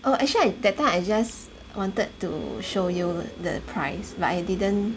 oh actually I that time I just wanted to show you the price but I didn't